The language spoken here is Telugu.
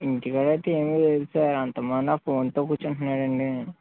ఇంటికాడ అయితే ఏమీ లేదు సార్ అత్తమాను ఆ ఫోన్తో కూర్చుంటున్నాను అండి